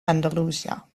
andalusia